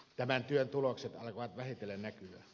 tämän työn tulokset alkavat vähitellen näkyä